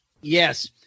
Yes